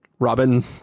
robin